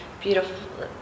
beautiful